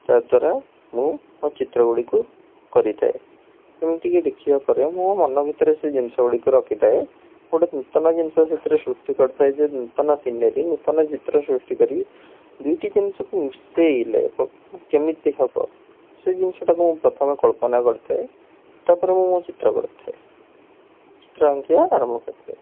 ତଦ୍ ଦ୍ଵାରା ମୁଁ ମୋ ଚିତ୍ର ଗୁଡ଼ିକୁ କରିଥାଏ ଏମିତିକି ଦେଖିବା ପରେ ମୁଁ ମୋ ମନ ଭିତରେ ସେ ଜିନିଷ ଗୁଡ଼ିକୁ ରଖିଥାଏ ଗୋଟେ ନୂତନ ଜିନିଷ ସେଥିରେ ସୃଷ୍ଟି କରିଥାଏ ଯେ ନୂତନ ସିନେରୀ ନୂତନ ଚିତ୍ର ସୃଷ୍ଟି କରି ଦୁଇଟି ଜିନିଷକୁ ମିିଶାଇଲେ କେମିତି ହେବ ସେ ଜିନିଷଟାକୁ ମୁଁ ପ୍ରଥମେ କଳ୍ପନା କରିଥାଏ ତା'ପରେ ମୁଁ ମୋ ଚିତ୍ର କରିଥାଏ ଚିତ୍ର ଆଙ୍କିବା ଆରମ୍ଭ କରିଥାଏ